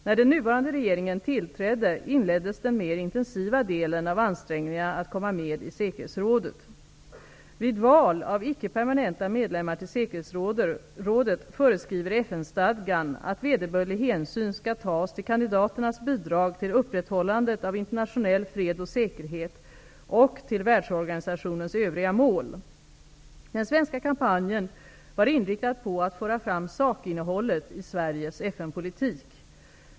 När den nuvarande regeringen tillträdde inleddes den mer intensiva delen av ansträngningarna att komma med i säkerhetsrådet. Vid val av icke-permanenta medlemmar till säkerhetsrådet föreskriver FN-stadgan att vederbörlig hänsyn skall tas till kandidaternas bidrag till upprätthållandet av internationell fred och säkerhet och till världsorganisationens övriga mål. Den svenska kampanjen var inriktad på att föra fram sakinnehållet i Sveriges FN-politik.